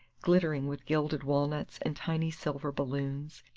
glittering with gilded walnuts and tiny silver balloons,